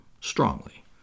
strongly